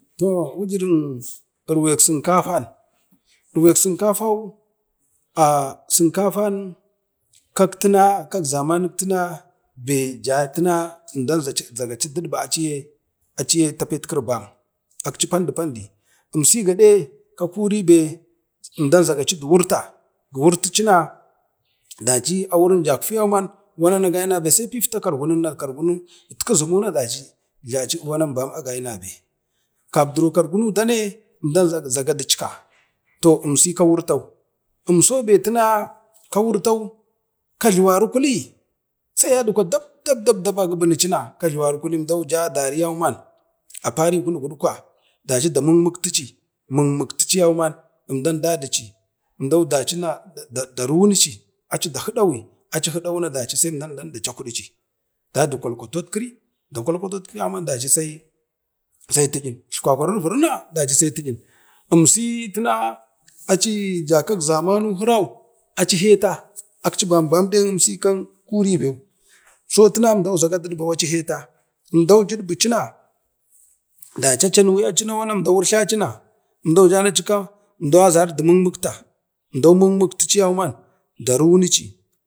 Toh wujurun irwek sinkafan, irwek sinkafan sinkafan kak zamanik tina be əmdan zagaji duɗba aciye tapet kiri bam akci pandi pandi imsi gaɗe ka kuribe əmdau zagaci du wurta, giwirtici na daci aurin jakfu yauman wananagaim sai pifta kargunun na itki jumuna daci wanan agayim, kabdro kargunu dane əmdau zaga dichka toh imsi ka wurtau, to imsi na wurtau əmdau jadawi na kajluwani kuli daɓ. daɓ. daɓa gu bunucina, əmdau jadari yauman apari kunu yuɗukwa daci da muk- mukti ci, mulk muktai yauman əmdau dadici, əmdau na da ramici na da huɗawi na dachakuɗici dadi kwalkwatetkiri na deu sai ti yin, amsi yitina runa acija kakzamanu, aci heta akchi bam bam nek ban kuribeu so tinau umdau zaga dudbau aci heta əmdau jid bicina, acha nuwi əmdau irtlacina atika mdau aziri du muk muk ta, mdau muk muk tici yauman da rimici